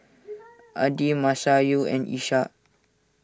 Adi Masayu and Ishak